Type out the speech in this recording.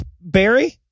Barry